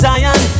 Zion